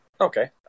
Okay